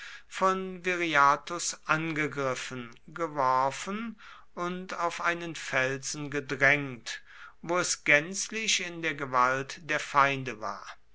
von viriathus angegriffen geworfen und auf einen felsen gedrängt wo es gänzlich in der gewalt der feinde war